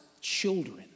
children